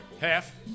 Half